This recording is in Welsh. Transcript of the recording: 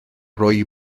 rhoi